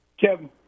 Kevin